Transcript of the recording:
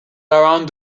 around